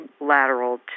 lateral